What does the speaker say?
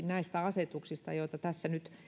näistä asetuksista joita tässä nyt